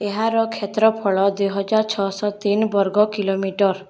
ଏହାର କ୍ଷେତ୍ରଫଳ ଦୁଇହଜାର ଛଅଶହ ତିନି ବର୍ଗ କିଲୋମିଟର